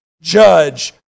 judge